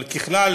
אבל ככלל,